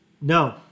No